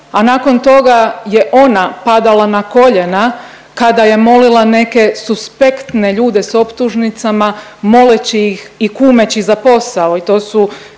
a nakon toga je ona padala na koljena kada je molila neke suspektne ljude sa optužnicama moleći ih i kumeći za posao